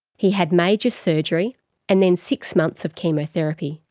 he had major surgery and then six months of chemotherapy.